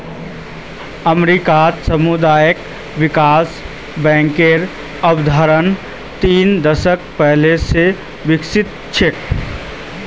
अमेरिकात सामुदायिक विकास बैंकेर अवधारणा तीन दशक पहले स विकसित छ